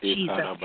Jesus